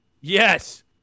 Yes